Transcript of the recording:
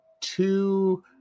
two